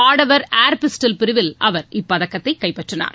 ஆடவர் air pistol பிரிவில் அவர் இப்பதக்கத்தை கைப்பற்றினார்